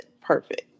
perfect